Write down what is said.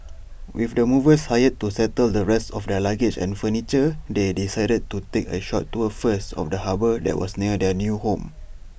with the movers hired to settle the rest of their luggage and furniture they decided to take A short tour first of the harbour that was near their new home